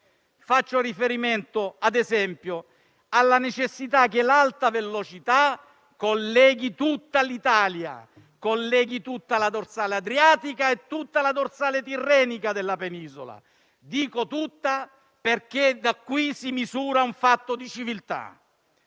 Faccio riferimento, ad esempio, alla necessità che l'Alta velocità colleghi tutta l'Italia, tutta la dorsale adriatica e tutta la dorsale tirrenica della Penisola (dico tutta perché da qui si misura un fatto di civiltà).